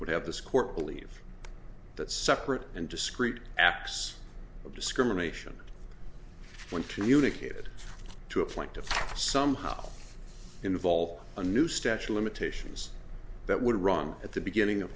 would have this court believe that separate and discreet apps of discrimination when communicated to a plaintiff somehow involve a new statue limitations that would run at the beginning of